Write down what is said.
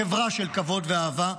חברה של כבוד ואהבה,